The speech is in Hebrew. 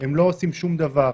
הם לא עושים שום דבר,